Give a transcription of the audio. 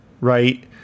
right